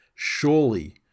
Surely